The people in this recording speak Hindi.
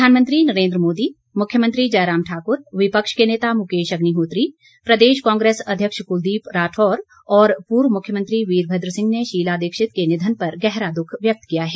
प्रधानमंत्री नरेन्द्र मोदी मुख्यमंत्री जयराम ठाकुर विपक्ष के नेता मुकेश अग्निहोत्री प्रदेश कांग्रेस अध्यक्ष कुलदीप राठौर और पूर्व मुख्यमंत्री वीरभद्र सिंह ने शीला दीक्षित निधन पर गहरा दुख व्यक्त किया है